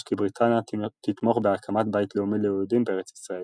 כי בריטניה תתמוך בהקמת בית לאומי ליהודים בארץ ישראל.